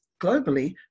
globally